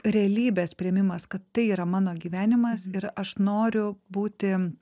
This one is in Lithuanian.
realybės priėmimas kad tai yra mano gyvenimas ir aš noriu būti